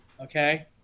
Okay